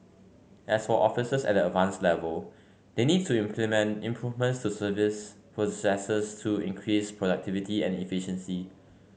as for officers at the Advanced level they need to implement improvements to service processes to increase productivity and efficiency